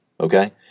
okay